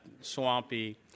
swampy